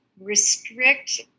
restrict